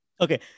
Okay